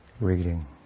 reading